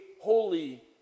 holy